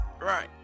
Right